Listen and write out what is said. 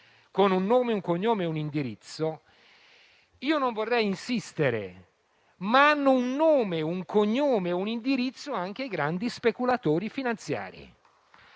tanto di nome, cognome e indirizzo - non vorrei insistere, ma hanno un nome, un cognome e un indirizzo anche i grandi speculatori finanziari.